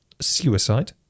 suicide